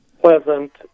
pleasant